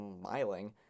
smiling